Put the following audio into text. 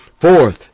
Fourth